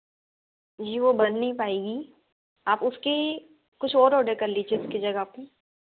जी वह बन नहीं पाएगी आप उसकी कुछ और ऑर्डर कर लीजिए उसके जगह पर